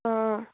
অঁ